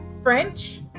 French